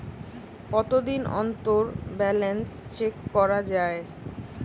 কতদিন অন্তর balance check করা য়ায়?